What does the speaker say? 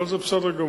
אבל זה בסדר גמור.